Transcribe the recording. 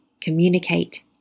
communicate